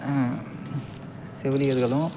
செவிலியர்களும்